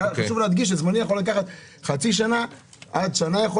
חשוב להדגיש ש"זמני" יכול לקחת חצי שנה עד שנה.